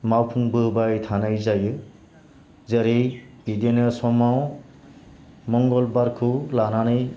मावफुंबोबाय थानाय जायो जेरै बिदिनो समाव मंगलबारखौ लानानै